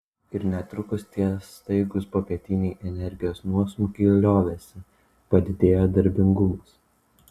ir netrukus tie staigūs popietiniai energijos nuosmukiai liovėsi padidėjo darbingumas